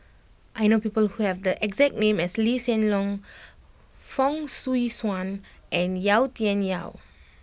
I know people who have the exact name as Lee Hsien Loong Fong Swee Suan and Yau Tian Yau